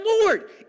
Lord